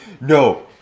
No